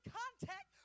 contact